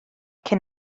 cyn